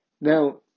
Now